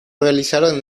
realizaron